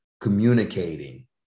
communicating